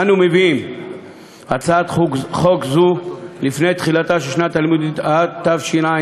אנו מביאים הצעת חוק זו לפני תחילתה של שנת הלימודים התשע"ז,